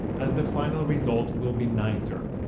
as the final result will be nicer.